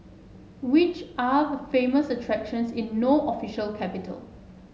which are the famous attractions in No official capital